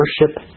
worship